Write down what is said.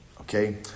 Okay